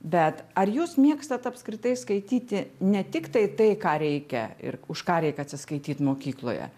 bet ar jūs mėgstat apskritai skaityti ne tiktai tai ką reikia ir už ką reik atsiskaityt mokykloje